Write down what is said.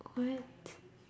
what